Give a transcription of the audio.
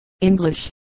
English